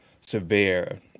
severe